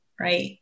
Right